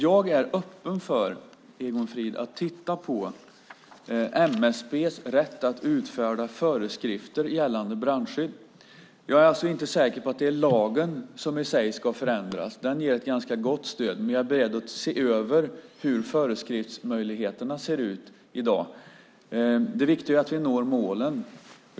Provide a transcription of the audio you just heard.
Jag är, Egon Frid, öppen för att titta på MSB:s rätt att utfärda föreskrifter gällande brandskydd. Jag är alltså inte säker på att det är lagen som i sig ska förändras. Den ger ett ganska gott stöd. Men jag är beredd att se över hur föreskriftsmöjligheterna i dag ser ut. Det viktiga är att vi når målen.